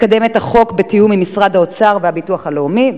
לקדם את החוק בתיאום עם משרד האוצר והביטוח הלאומי.